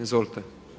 Izvolite.